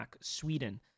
sweden